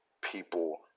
people